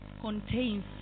contains